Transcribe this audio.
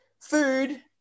food